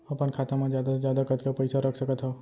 अपन खाता मा जादा से जादा कतका पइसा रख सकत हव?